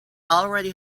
already